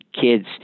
kids